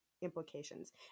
Implications